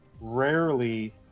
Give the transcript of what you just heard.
rarely